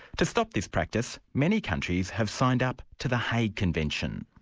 to stop this practice, many countries have signed up to the hague convention.